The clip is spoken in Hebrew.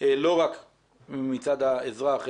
לא רק מצד האזרח,